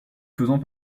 faisant